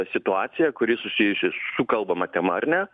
situaciją kuri susijusi su kalbama tema ar ne